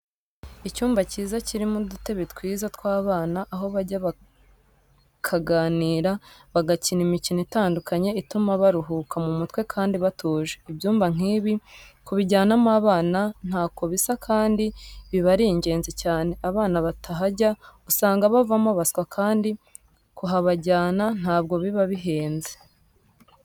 Icyumba cyiza kirimo udutebe twiza tw'abana aho bajya bakaganira, bagakina imikino itandukanye ituma baruhuka mu mutwe kandi batuje, ibyumba nk'ibi kubijyanamo abana ntako bisa kandi biba ari ingenzi cyane. Abana batahajya usanga bavamo abaswa kandi kuhabajyana ntabwo biba bihenze.